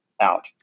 out